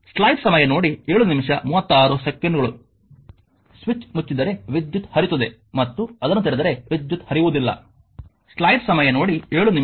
switch ಮುಚ್ಚಿದರೆ ವಿದ್ಯುತ್ ಹರಿಯುತ್ತದೆ ಮತ್ತು ಅದನ್ನು ತೆರೆದರೆ ವಿದ್ಯುತ್ ಹರಿಯುವುದಿಲ್ಲ